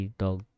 dog